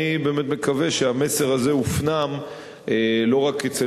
אני באמת מקווה שהמסר הזה הופנם לא רק אצל